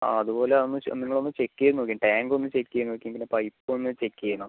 ആ അതുപോലെ അതൊന്ന് നിങ്ങളൊന്ന് ചെക്ക് ചെയ്ത് നോക്ക് ടാങ്ക് ഒന്ന് ചെക്ക് ചെയ്ത് നോക്ക് പൈപ്പ് ഒന്ന് ചെക്ക് ചെയ്യണം